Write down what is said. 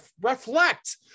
reflect